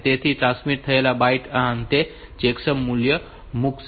તેથી તે ટ્રાન્સમિટ થયેલા બાઈટ ના અંતે ચેકસમ મૂલ્ય મૂકે છે